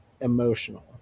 emotional